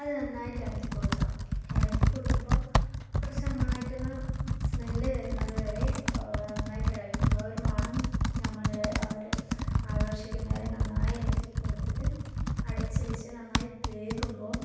അത് നന്നായിട്ട് ഇളക്കി കൊടുക്കുക ഇളക്കി കൊടുക്കുമ്പോൾ കുറച്ചു നന്നായിട്ട് ഒന്ന് സ്മെൽ വരുന്നത് വരെ നന്നായിട്ട് ഇളക്കി കൊടുക്കുക ഒരു മണം നമ്മളിൽ ആ ഒരു ആകർഷിക്കുന്നതു വരെ നന്നായി ഇളക്കി കൊടുത്തിട്ട് അടച്ചു വെച്ച് നന്നായി വേകുമ്പോൾ